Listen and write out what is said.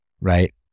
right